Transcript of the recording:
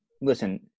listen